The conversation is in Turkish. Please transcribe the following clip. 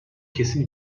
kesin